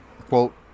quote